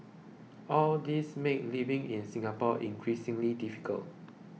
all these made living in Singapore increasingly difficult